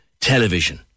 television